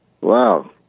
Wow